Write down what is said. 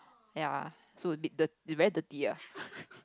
ya so it will be~ it very dirty ah